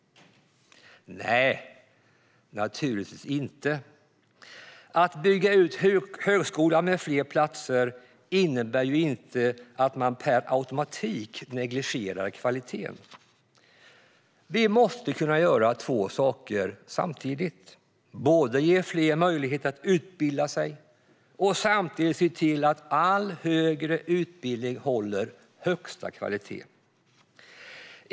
Nej, naturligtvis inte. Att bygga ut högskolan med fler platser innebär ju inte att man per automatik negligerar kvaliteten. Vi måste kunna göra två saker samtidigt: både ge fler möjlighet att utbilda sig och samtidigt se till att all högre utbildning håller högsta kvalitet.